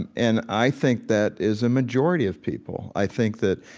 and and i think that is a majority of people. i think that,